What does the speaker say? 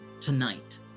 tonight